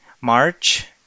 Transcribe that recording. March